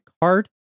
card